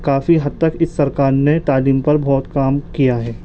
کافی حد تک اس سرکار نے تعلیم پر بہت کام کیا ہے